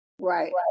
right